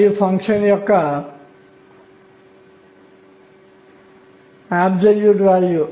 నేను దీనిని mR2e2m అని వ్రాయగలను